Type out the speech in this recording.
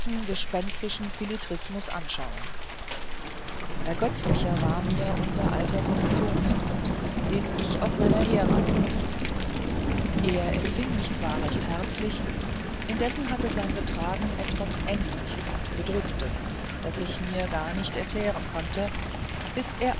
gespenstischen philistrismus anschauen ergötzlicher war mir unser alter kommissionsrat den ich auf meiner herreise besuchte er empfing mich zwar recht herzlich indessen hatte sein betragen etwas ängstliches gedrücktes das ich mir gar nicht erklären konnte bis er